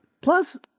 Plus